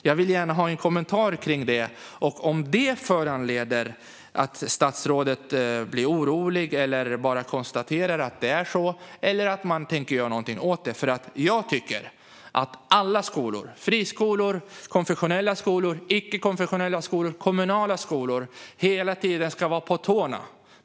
Jag vill gärna ha en kommentar till det. Föranleder det att statsrådet blir orolig, eller konstaterar man bara att det är så? Eller tänker man göra någonting åt det? Jag tycker nämligen att alla skolor - friskolor, konfessionella skolor, icke-konfessionella skolor och kommunala skolor - hela tiden ska vara på tårna.